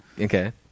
Okay